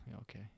okay